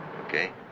Okay